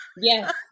Yes